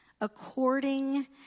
according